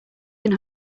can